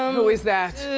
um who is that?